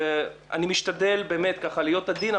אני משתדל באמת להיות עדין,